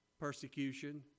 persecution